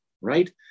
right